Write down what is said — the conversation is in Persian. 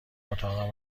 اتاقم